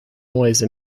noise